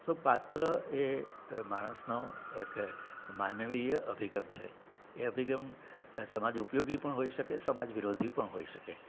સો પાત્ર એ માણસનો એક માનવીય અભિગમ છે એ અભિગમ સમાજ ઉપયોગી પણ હોઈ શકે સમાજ વિરોધી પણ હોઈ શકે